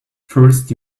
first